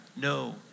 no